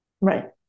Right